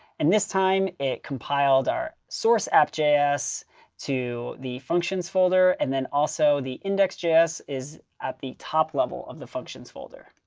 and this time, it compiled our source app js to the functions folder. and then also the index js is at the level of the functions folder.